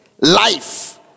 life